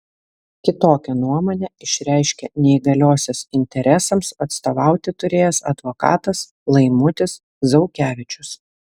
kitokią nuomonę išreiškė neįgaliosios interesams atstovauti turėjęs advokatas laimutis zaukevičius